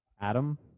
Adam